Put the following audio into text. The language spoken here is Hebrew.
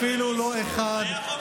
לא מעניין אותם הרצח בחברה הערבית.